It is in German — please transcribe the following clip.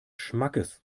schmackes